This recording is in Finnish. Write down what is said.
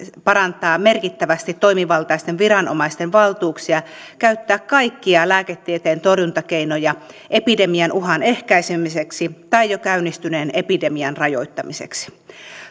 parantaa merkittävästi toimivaltaisten viranomaisten valtuuksia käyttää kaikkia lääketieteen torjuntakeinoja epidemian uhan ehkäisemiseksi tai jo käynnistyneen epidemian rajoittamiseksi